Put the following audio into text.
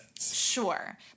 Sure